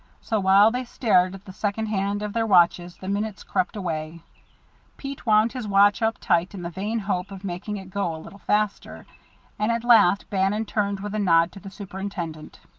so while they stared at the second hands of their watches the minutes crept away pete wound his watch up tight in the vain hope of making it go a little faster and at last bannon turned with a nod to the superintendent.